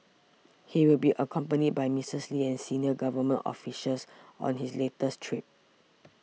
he will be accompanied by Missus Lee and senior government officials on his latest trip